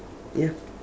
ya